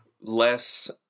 less